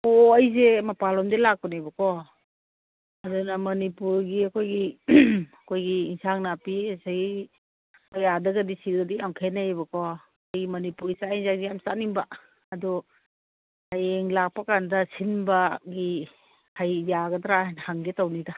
ꯑꯣ ꯑꯩꯁꯦ ꯃꯄꯥꯜꯂꯣꯜꯗꯩ ꯂꯥꯛꯄꯅꯦꯕꯀꯣ ꯑꯗꯨꯅ ꯃꯅꯤꯄꯨꯔꯒꯤ ꯑꯩꯈꯣꯏꯒꯤ ꯑꯩꯈꯣꯏꯒꯤ ꯌꯦꯟꯁꯥꯡ ꯅꯥꯄꯤ ꯑꯩꯈꯣꯏ ꯑꯥꯗꯒꯗꯤ ꯁꯤꯗꯗꯤ ꯌꯥꯝ ꯈꯦꯅꯩꯕꯀꯣ ꯑꯩ ꯃꯅꯤꯄꯨꯔ ꯆꯥꯛ ꯌꯦꯟꯁꯥꯡꯁꯦ ꯌꯥꯝ ꯆꯥꯅꯤꯡꯕ ꯑꯗꯨ ꯍꯌꯦꯡ ꯂꯥꯛꯄꯀꯥꯟꯗ ꯁꯤꯟꯕꯒꯤ ꯌꯥꯒꯗ꯭ꯔꯥ ꯍꯥꯏꯅ ꯍꯪꯒꯦ ꯇꯧꯕꯅꯤꯗ